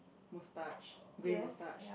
moustache grey moustache